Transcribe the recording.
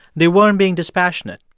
they weren't being dispassionate.